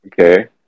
okay